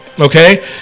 Okay